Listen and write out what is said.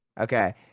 Okay